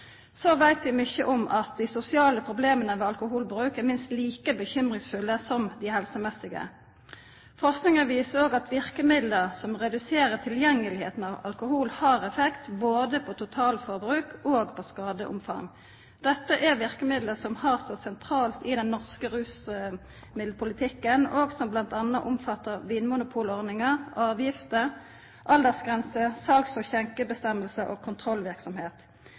Vi veit mykje om at dei sosiale problema ved alkoholbruk er minst like bekymringsfulle som dei helsemessige. Forskinga viser òg at verkemiddel som reduserer tilgjengelegheita av alkohol, har effekt både på totalforbruk og på skadeomfang. Dette er verkemiddel som har stått sentralt i den norske rusmiddelpolitikken, og som bl.a. omfattar vinmonopolordninga, avgifter, aldersgrenser, sals- og skjenkebestemmingar og